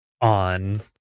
on